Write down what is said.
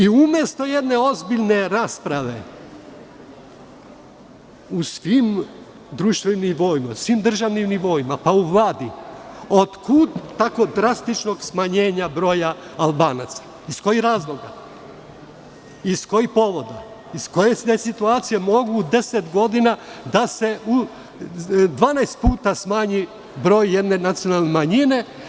I umesto jedne ozbiljne rasprave u svim društvenim nivoima u svim državnim nivoima, pa u Vladi, odkud tako drastično smanjenje broja Albanaca, iz kojih razloga, iz kojih povoda, iz koje situacije mogu za 10 godina da se 12 puta smanji broj jedne nacionalne manjine?